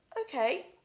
Okay